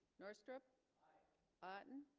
north strip auden